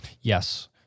Yes